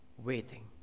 waiting